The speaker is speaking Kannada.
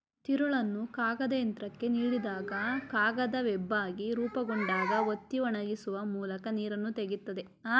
ತಿರುಳನ್ನು ಕಾಗದಯಂತ್ರಕ್ಕೆ ನೀಡಿದಾಗ ಕಾಗದ ವೆಬ್ಬಾಗಿ ರೂಪುಗೊಂಡಾಗ ಒತ್ತಿ ಒಣಗಿಸುವ ಮೂಲಕ ನೀರನ್ನು ತೆಗಿತದೆ